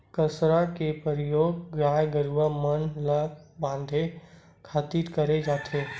कांसरा के परियोग गाय गरूवा मन ल बांधे खातिर करे जाथे